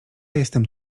jestem